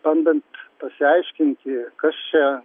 bandant pasiaiškinti kas čia